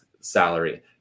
salary